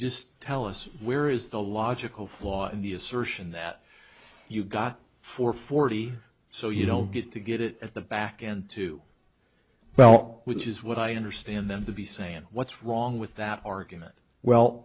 just tell us where is the logical flaw in the assertion that you got for forty so you don't get to get it at the back end to well which is what i understand them to be saying what's wrong with that argument well